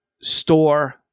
store